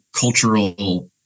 cultural